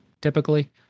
typically